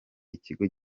ikigo